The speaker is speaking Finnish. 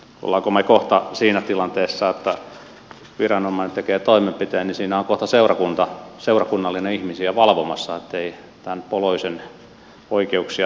olemmeko me kohta siinä tilanteessa että kun viranomainen tekee toimenpiteen niin siinä on kohta seurakunnallinen ihmisiä valvomassa ettei tämän poloisen oikeuksia poljeta